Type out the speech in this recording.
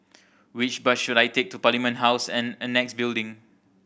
which bus should I take to Parliament House and Annexe Building